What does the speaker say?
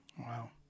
Wow